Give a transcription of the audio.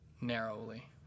narrowly